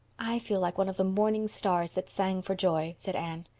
i feel like one of the morning stars that sang for joy, said anne.